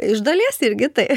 iš dalies irgi tai